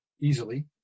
easily